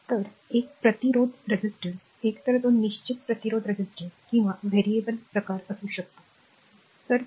तर एक प्रतिरोधक एकतर तो निश्चित प्रतिरोधक किंवा चल प्रकार असू शकतो बरोबर